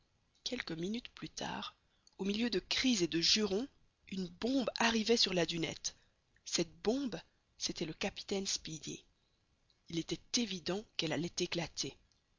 quelques minutes plus tard au milieu de cris et de jurons une bombe arrivait sur la dunette cette bombe c'était le capitaine speedy il était évident qu'elle allait éclater